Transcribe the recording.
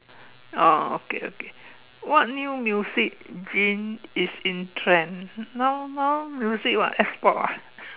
oh okay okay what new music gene is in trend now now music what S-pop ah